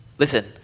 Listen